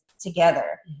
together